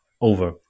over